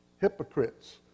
hypocrites